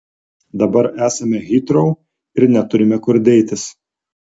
dabar esame hitrou ir neturime kur dėtis